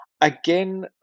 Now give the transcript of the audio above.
Again